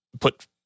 put